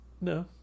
No